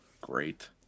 Great